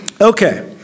Okay